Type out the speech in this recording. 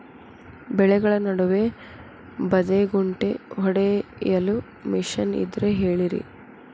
ಬೆಳೆಗಳ ನಡುವೆ ಬದೆಕುಂಟೆ ಹೊಡೆಯಲು ಮಿಷನ್ ಇದ್ದರೆ ಹೇಳಿರಿ